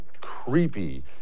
creepy